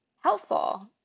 helpful